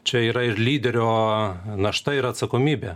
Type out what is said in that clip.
čia yra ir lyderio našta ir atsakomybė